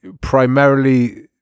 primarily